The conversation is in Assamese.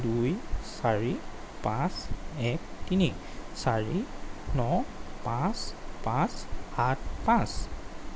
দুই চাৰি পাঁচ এক তিনি চাৰি ন পাঁচ পাঁচ সাত পাঁচ